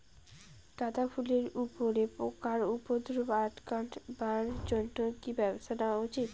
গাঁদা ফুলের উপরে পোকার উপদ্রব আটকেবার জইন্যে কি ব্যবস্থা নেওয়া উচিৎ?